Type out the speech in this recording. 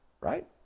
Right